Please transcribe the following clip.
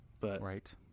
Right